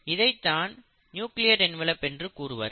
இதைதான் nuclear envelope என்று கூறுவர்